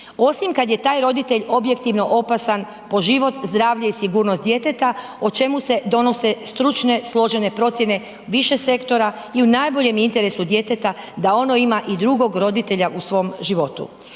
osim kad je taj roditelj objektivno opasan po život, zdravlje i sigurnost djeteta o čemu se donose stručne složene procjene više sektora i u najboljem interesu djeteta da ono ima i drugog roditelja u svom životu.